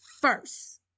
first